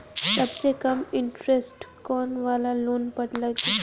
सबसे कम इन्टरेस्ट कोउन वाला लोन पर लागी?